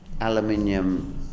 aluminium